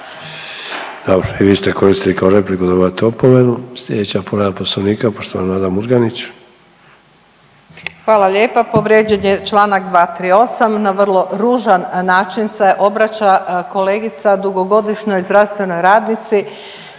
Dobro, i vi ste koristili kao repliku, dobivate opomenu. Slijedeća povreda poslovnika poštovana Nada Murganić. **Murganić, Nada (HDZ)** Hvala lijepa. Povrijeđen je čl. 238., na vrlo ružan način se obraća kolegica dugogodišnjoj zdravstvenoj radnici,